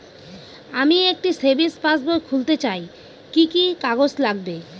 আমি একটি সেভিংস পাসবই খুলতে চাই কি কি কাগজ লাগবে?